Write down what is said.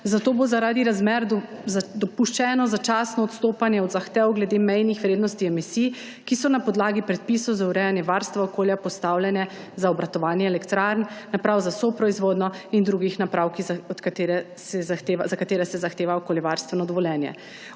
zato bo zaradi razmer dopuščeno začasno odstopanje od zahtev glede mejnih vrednosti emisij, ki so na podlagi predpisov za urejanje varstva okolja postavljene za obratovanje elektrarn, naprav za soproizvodnjo in drugih naprav, za katere se zahteva okoljevarstveno dovoljenje.